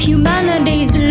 Humanity's